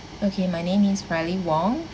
okay my name is riley wong